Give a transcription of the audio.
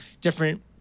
different